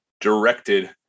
directed